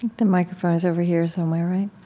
the microphone is over here somewhere, right?